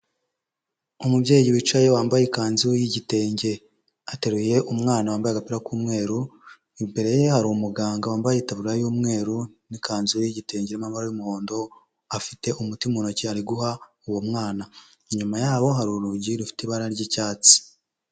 Umubyeyi wicaye wambaye ikanzu y'igitenge, ateruye umwana wambaye agapira k'umweru, imbere ye hari umuganga wambaye itaburiya y'umweru, n'ikanzu y'igitenge, irimo amabara y'umuhondo, afite umutima ntoki ari guha uwo mwana, inyuma yaho hari urugi rufite ibara ry'icyatsi.